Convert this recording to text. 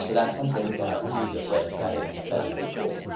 so that's something that we use at lyft that is that is pretty cool.